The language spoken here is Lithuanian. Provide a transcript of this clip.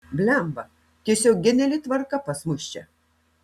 blemba tiesiog geniali tvarka pas mus čia